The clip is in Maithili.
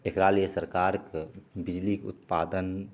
एकरालिये सरकारके बिजलीके उत्पादन